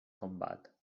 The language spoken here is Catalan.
combat